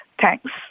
Thanks